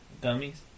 dummies